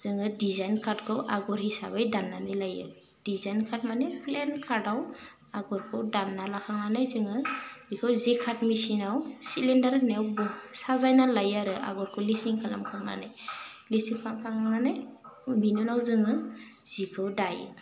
जोङो डिजाइन कार्डखौ आगर हिसाबै दान्नानै लायो डिजाइन काड मानि लेन्ड कार्डआव आगरखौ दानना लाखांनानै जोङो बेखौ जेकाट मेचिनाव सिलिन्डार होननायाव बह साजायना लायो आरो आगरखौ लिसिं खालामखांनानै लिसिं खालामखांनानै बेनि उनाव जोङो जिखौ दायो